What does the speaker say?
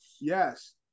Yes